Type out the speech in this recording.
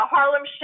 Harlem